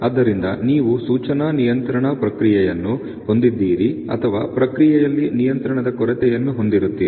ಆದ್ದರಿಂದ ನೀವು ಸೂಚನಾ ನಿಯಂತ್ರಣ ಪ್ರಕ್ರಿಯೆಯನ್ನು ಹೊಂದಿದ್ದೀರಿ ಅಥವಾ ಪ್ರಕ್ರಿಯೆಯಲ್ಲಿ ನಿಯಂತ್ರಣದ ಕೊರತೆಯನ್ನು ಹೊಂದಿರುತ್ತೀರಿ